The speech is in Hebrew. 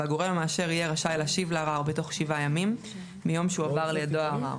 והגורם המאשר יהיה רשאי להשיב לערר בתוך 7 ימים מיום שהועבר לידיו הערר.